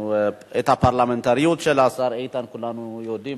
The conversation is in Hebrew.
את הפרלמנטריות של השר איתן כולנו יודעים,